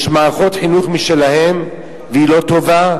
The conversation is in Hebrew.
יש להם מערכת חינוך משלהם, והיא לא טובה,